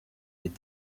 des